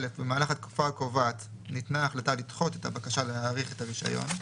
(א) במהלך התקופה הקובעת ניתנה החלטה לדחות את הבקשה להאריך את הרישיון,